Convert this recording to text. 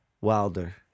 Wilder